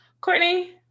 courtney